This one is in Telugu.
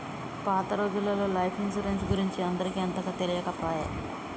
పాత రోజులల్లో లైఫ్ ఇన్సరెన్స్ గురించి అందరికి అంతగా తెలియకపాయె